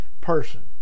person